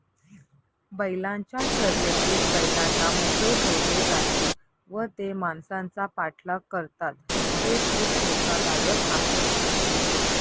बैलांच्या शर्यतीत बैलांना मोकळे सोडले जाते व ते माणसांचा पाठलाग करतात जे खूप धोकादायक आहे